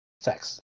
sex